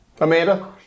Amanda